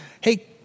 Hey